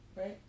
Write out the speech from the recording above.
right